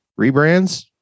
rebrands